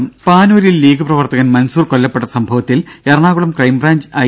ദ്ദേ പാനൂരിൽ ലീഗ് പ്രവർത്തകൻ മൻസൂർ കൊല്ലപ്പെട്ട സംഭവത്തിൽ എറണാകുളം ക്രൈംബ്രാഞ്ച് ഐ